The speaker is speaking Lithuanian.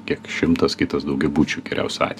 kiek šimtas kitas daugiabučių geriausiu atveju